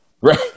Right